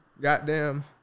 goddamn